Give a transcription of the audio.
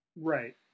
right